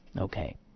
Okay